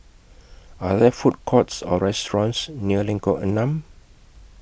Are There Food Courts Or restaurants near Lengkok Enam